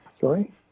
Sorry